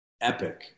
epic